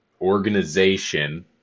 Organization